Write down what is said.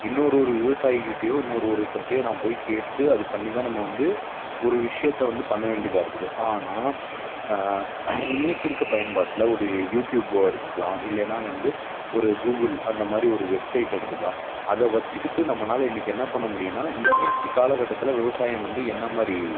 இன்னொரு ஒரு விவசாயிக்கிட்டயோ இன்னொரு ஒருவத்தருட்டயோ நான் போய் கேட்டு அது பண்ணி தான் நம்ம வந்து ஒரு விஷியத்தை வந்து பண்ண வேண்டியதாக இருக்குது ஆனால் இன்றைக்கி இருக்கற பயன்பாட்டில் ஒரு யூடியூபோ எடுத்துக்கலாம் இல்லைன்னா வந்து ஒரு கூகுள் அந்த மாதிரி ஒரு வெப்சைட் எடுத்துக்கலாம் அதை வெச்சுக்கிட்டு நம்மனால் இன்றைக்கி என்ன பண்ண முடியும்ன்னா இன்றைக்கி காலகட்டத்தில் விவசாயம் வந்து என்ன மாதிரி